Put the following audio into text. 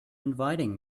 inviting